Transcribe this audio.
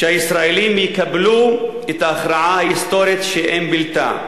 שהישראלים יקבלו את ההכרעה ההיסטורית שאין בלתה: